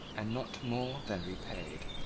and not more than repaid,